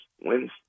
wins